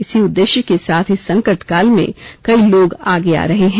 इसी उददेश्य के साथ इस संकट काल में कई लोग आगे आ रहे हैं